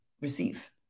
receive